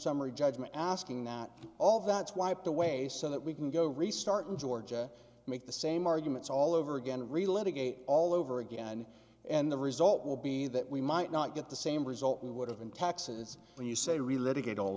summary judgment asking that all that's wiped away so that we can go restart in georgia make the same arguments all over again reliving eight all over again and the result will be that we might not get the same result we would have in texas when you say